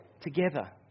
together